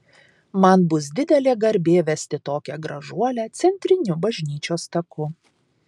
man bus didelė garbė vesti tokią gražuolę centriniu bažnyčios taku